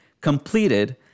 completed